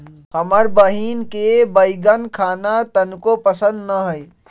हमर बहिन के बईगन खाना तनको पसंद न हई